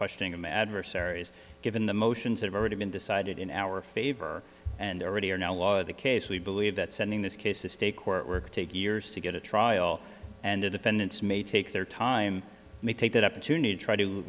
questioning i'm adversaries given the motions have already been decided in our favor and already are now law of the case we believe that sending this case to state court work take years to get a trial and the defendants may take their time may take that opportunity try to